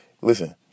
listen